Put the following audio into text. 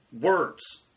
words